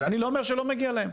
אני לא אומר שלא מגיע להם,